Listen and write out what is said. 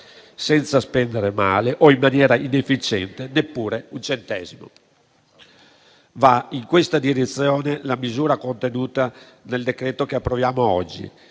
senza spendere male o in maniera inefficiente neppure un centesimo. Va in questa direzione la misura contenuta nel decreto-legge che approviamo oggi.